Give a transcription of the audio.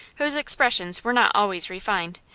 whose expressions were not always refined.